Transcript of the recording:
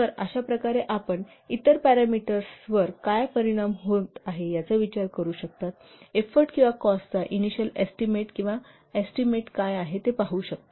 तर अशा प्रकारे आपण इतर पॅरामीटर्सवर त्यांचा कसा परिणाम होत आहे याचा विचार करू शकताएफोर्ट किंवा कॉस्टचा इनिशिअल एस्टीमेट किंवा एस्टीमेट करू शकता